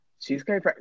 Cheesecake